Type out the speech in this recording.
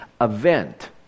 event